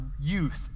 youth